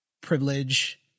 privilege